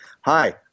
hi